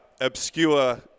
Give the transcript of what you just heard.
obscure